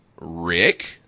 rick